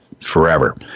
forever